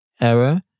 error